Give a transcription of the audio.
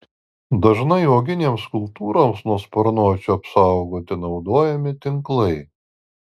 dažnai uoginėms kultūroms nuo sparnuočių apsaugoti naudojami tinklai